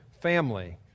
family